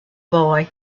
boy